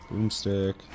Boomstick